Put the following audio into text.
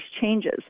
changes